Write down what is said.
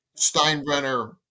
Steinbrenner